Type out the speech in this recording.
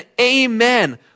Amen